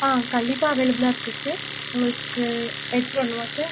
ஆ கண்டிப்பாக அவைலபிளாக இருக்கு சார் உங்களுக்கு எடுத்து வரணுமா சார்